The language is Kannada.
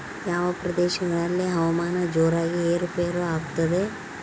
ಯಾವ ಪ್ರದೇಶಗಳಲ್ಲಿ ಹವಾಮಾನ ಜೋರಾಗಿ ಏರು ಪೇರು ಆಗ್ತದೆ?